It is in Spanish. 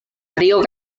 río